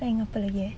rank apa lagi eh